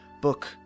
book